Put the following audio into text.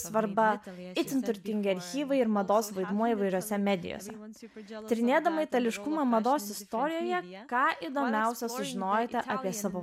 svarba itin turtingi archyvai ir mados vaidmuo įvairiose medijose tyrinėdama itališkumą mados istorijoje ką įdomiausią sužinojote apie savo